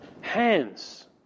hands